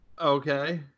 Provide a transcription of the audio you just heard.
Okay